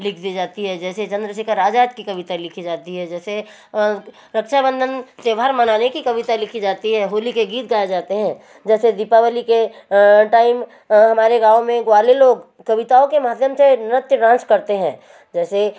लिख दिए जाती है जैसे चंद्रशेखर आजाद की कविता लिखी जाती है जैसे रक्षाबंधन त्योहार मनाने की कविता लिखी जाती है होली के गीत गाए जाते हैं जैसे दीपावली के टाइम हमारे गाँव में ग्वाले लोग कविताओं के माध्यम से नृत्य डांस करते हैं जैसे